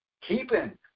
keeping